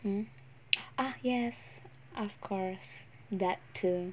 mm ah yes of course that too